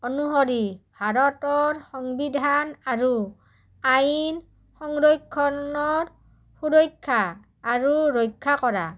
অনুসৰি ভাৰতৰ সংবিধান আৰু আইন সংৰক্ষণৰ সুৰক্ষা আৰু ৰক্ষা কৰা